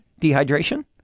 Dehydration